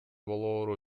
болоору